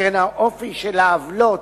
שכן האופי של העוולות,